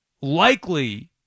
likely